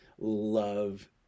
love